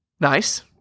Nice